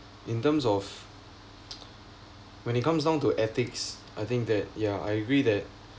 in terms of when it comes down to ethics I think that yeah I agree that